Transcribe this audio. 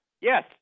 Yes